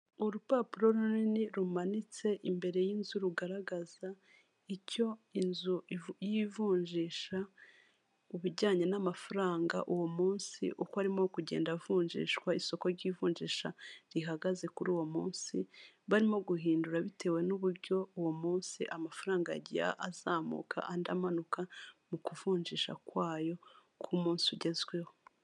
Serivisi za banki ya kigali zegerejwe abaturage ahanga baragaragaza uko ibikorwa biri kugenda bikorwa aho bagaragaza ko batanga serivisi zo kubika, kubikura, kuguriza ndetse no kwakirana yombi abakiriya bakagira bati murakaza neza.